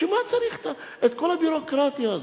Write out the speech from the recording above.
בשביל מה צריך את כל הביורוקרטיה הזאת?